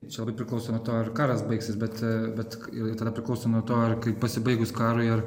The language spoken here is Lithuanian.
čia labai priklauso nuo ar karas baigsis bet bet ir tada priklauso nuo to ar kai pasibaigus karui ar